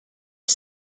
are